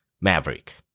Maverick